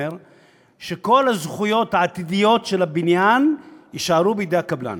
שכל זכויות הבנייה בבניין יישארו בידי הקבלן,